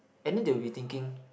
and need to rethinking